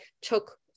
took